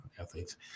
athletes